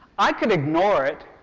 i could ignore it.